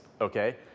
okay